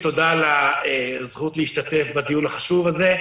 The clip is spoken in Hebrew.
ביקשתי שתהיה לדיון בעניין אחר אבל קודם